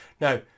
Now